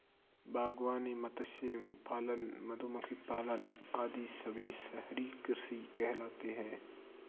बागवानी, मत्स्य पालन, मधुमक्खी पालन आदि सभी शहरी कृषि कहलाते हैं